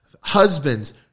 Husbands